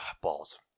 balls